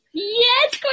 Yes